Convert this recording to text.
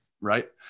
Right